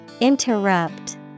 Interrupt